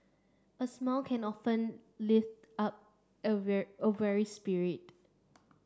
a smile can often lift up a wear a weary spirit